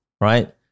right